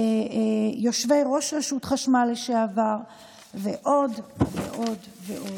יושבי-ראש רשות חשמל לשעבר ועוד ועוד ועוד.